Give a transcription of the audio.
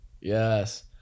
Yes